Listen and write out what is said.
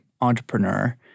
entrepreneur